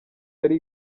yari